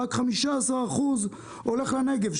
רק 15% הולך לנגב.